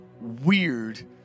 weird